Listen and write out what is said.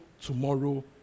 tomorrow